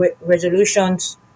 resolutions